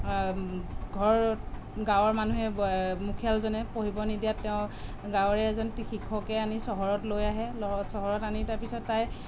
ঘৰত গাঁৱৰ মানুহে মুখিয়ালজনে পঢ়িব নিদিয়াত তেওঁ গাঁৱৰে এজন শিক্ষকে আনি চহৰত লৈ আহে চহৰত আনি তাৰপিছত তাই